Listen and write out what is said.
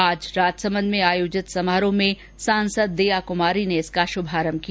आज राजसमंद में आयोजित समारोह में सांसद दियाकुमारी ने इसका शुभारंभ किया